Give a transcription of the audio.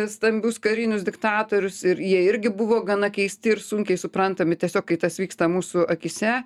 stambius karinius diktatorius ir jie irgi buvo gana keisti ir sunkiai suprantami tiesiog kai tas vyksta mūsų akyse